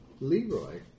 Leroy